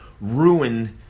ruin